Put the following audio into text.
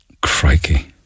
Crikey